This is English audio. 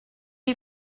you